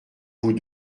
vous